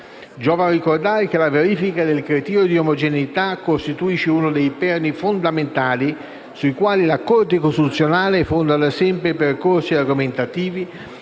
Giova ricordare che la verifica del criterio di omogeneità costituisce uno dei perni fondamentali sui quali la Corte costituzionale fonda da sempre i percorsi argomentativi